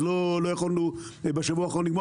ולא יכולנו לגמור בשבוע האחרון.